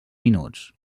minuts